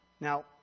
Now